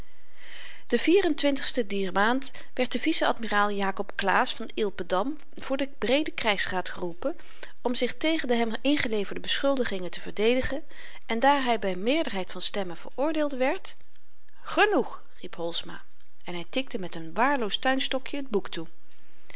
dier maand werd de vice-admiraal jacob claesz van ilpendam voor den breeden krygsraad geroepen om zich tegen de hem ingeleverde beschuldigingen te verdedigen en daar hy by meerderheid van stemmen veroordeeld werd genoeg riep holsma en hy tikte met n waarloos tuinstokjen t boek toe